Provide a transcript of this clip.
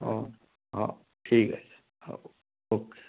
हो हो ठीक आहे हो ओके